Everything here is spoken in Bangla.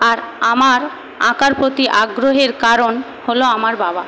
আর আমার আঁকার প্রতি আগ্রহের কারণ হল আমার বাবা